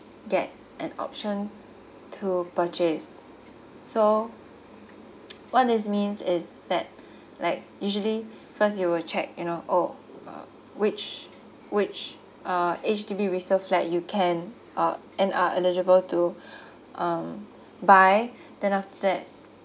get an option to purchase so what this means is that like usually first you will check you know oh uh which which uh H_D_B resale flat you can uh and are eligible to um buy then after that